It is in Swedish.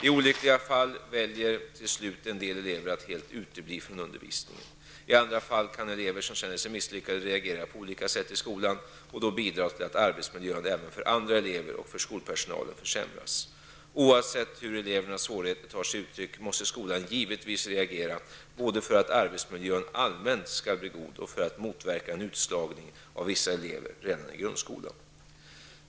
I olyckliga fall väljer till slut en del elever att helt utebli från undervisningen. I andra fall kan elever som känner sig misslyckade reagera på olika sätt i skolan och då bidra till att arbetsmiljön även för andra elever och för skolpersonalen försämras. Oavsett hur elevernas svårigheter tar sig uttryck måste skolan givetvis reagera både för att arbetsmiljön allmänt skall bli god och för att motverka en utslagning av vissa elever redan i grundskolan.